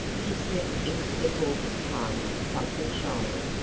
to slip into the porter's palm something shiny.